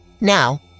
Now